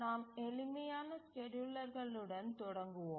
நாம் எளிமையான ஸ்கேட்யூலர்களுடன் தொடங்குவோ